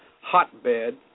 hotbed